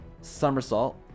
somersault